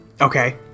Okay